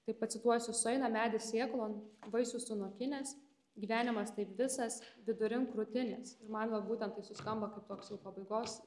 tai pacituosiu sueina medis sėklon vaisių sunokinęs gyvenimas taip visas vidurin krūtinės ir man va būtent tai skamba kaip toks jau pabaigos